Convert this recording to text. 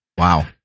Wow